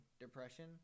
depression